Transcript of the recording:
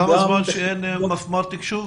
כמה זמן אין מפמ"ר תקשוב?